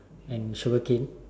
and Sugar cane